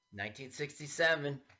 1967